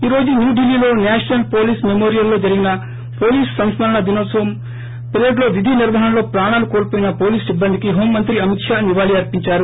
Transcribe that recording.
ఈ రోజు న్యూ ఢిల్లీలో సేషనల్ హోరీస్ మెమోరియల్లో జరీగిన పోలీసు అమరవీరుల సంస్కరణ దినోత్సవ పరేడ్లో విధి నిర్వహణలో ప్రాణాలు కోల్పోయిన పోలీసు సిబ్బందికి హోంమంత్రి అమిత్ షా నివాళి అర్పించారు